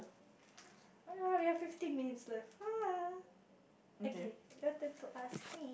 okay